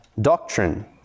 doctrine